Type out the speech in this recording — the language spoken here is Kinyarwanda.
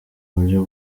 uburyo